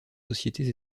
sociétés